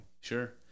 Sure